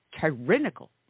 tyrannical